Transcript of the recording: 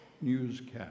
newscast